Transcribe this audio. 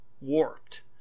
Warped